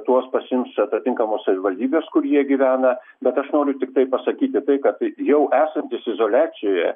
tuos pasiims atitinkamos savivaldybės kur jie gyvena bet aš noriu tiktai pasakyti tai kad jau esantys izoliacijoje